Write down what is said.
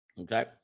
Okay